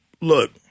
Look